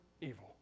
evil